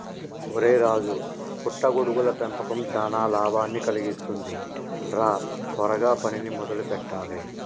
ఒరై రాజు పుట్ట గొడుగుల పెంపకం చానా లాభాన్ని కలిగిస్తుంది రా త్వరగా పనిని మొదలు పెట్టాలే